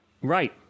Right